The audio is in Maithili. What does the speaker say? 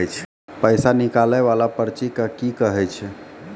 पैसा निकाले वाला पर्ची के की कहै छै?